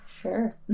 Sure